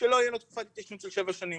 שלא תהיה לו תקופת התיישנות של שבע שנים